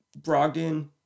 Brogdon